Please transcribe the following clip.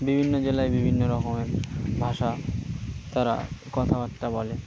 বিভিন্ন জেলায় বিভিন্ন রকমের ভাষা তারা কথাবার্তা বলে